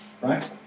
right